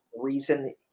reason